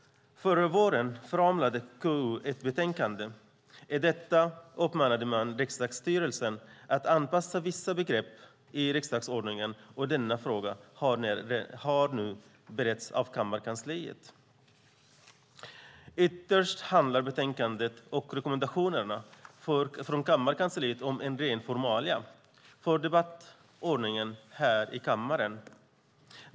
Förra våren framlade KU ett betänkande. I detta uppmanade man riksdagsstyrelsen att anpassa vissa begrepp i riksdagsordningen, och denna fråga har nu beretts av kammarkansliet. Ytterst handlar betänkandet och rekommendationerna från kammarkansliet om ren formalia för debattordningen här i kammaren.